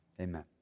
Amen